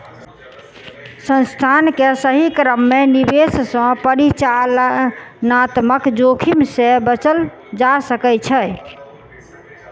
संस्थान के सही क्रम में निवेश सॅ परिचालनात्मक जोखिम से बचल जा सकै छै